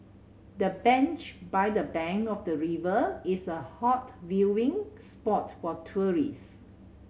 the bench by the bank of the river is a hot viewing spot for tourist